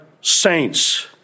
saints